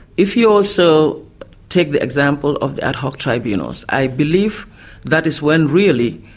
if you also take the example of the ad hoc tribunals, i believe that is when, really,